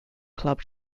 club